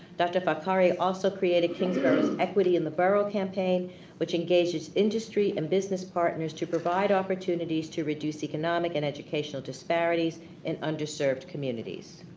dr. fakhari also created kingsborough's equity in the borough campaign which engages industry and business partners to provide opportunities to reduce economic and educational disparities in underserved communities.